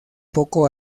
poco